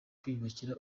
kwiyubakira